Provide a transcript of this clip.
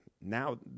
now